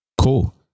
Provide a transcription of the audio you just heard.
cool